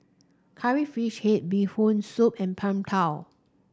Curry Fish Head Bee Hoon Soup and Png Tao